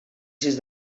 sis